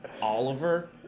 Oliver